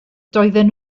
doedden